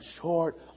short